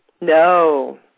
No